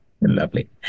Lovely